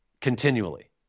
continually